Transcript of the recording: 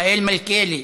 מיכאל מלכיאלי,